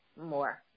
more